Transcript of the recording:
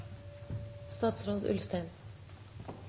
Statsråd